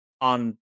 on